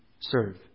serve